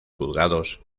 juzgados